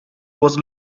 was